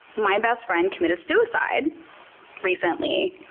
my best friend committed suicide recently,